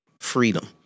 freedom